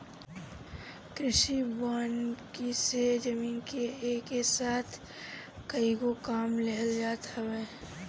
कृषि वानिकी से जमीन से एके साथ कएगो काम लेहल जात हवे